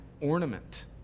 ornament